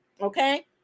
okay